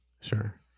Sure